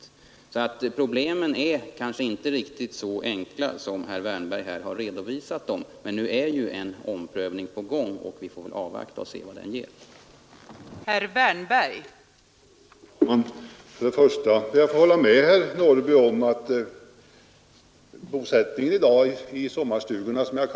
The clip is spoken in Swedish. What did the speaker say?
Problemen är kanske inte riktigt så enkla som herr Wärnberg har velat göra gällande, men nu är ju en omprövning på gång och vi får väl avvakta och se vad den ger för resultat.